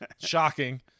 Shocking